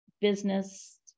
business